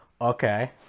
Okay